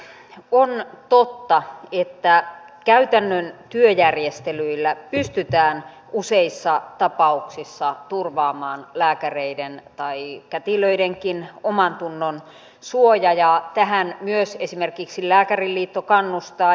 on totta että käytännön työjärjestelyillä pystytään useissa tapauksissa turvaamaan lääkäreiden tai kätilöidenkin omantunnon suoja ja tähän myös esimerkiksi lääkäriliitto kannustaa